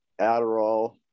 Adderall